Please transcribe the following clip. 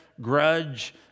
grudge